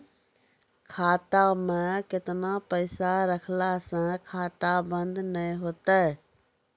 खाता मे केतना पैसा रखला से खाता बंद नैय होय तै?